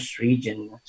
region